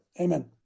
Amen